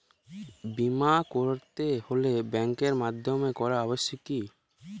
বিমা করাতে হলে ব্যাঙ্কের মাধ্যমে করা আবশ্যিক কি?